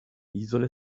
isole